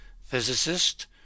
physicist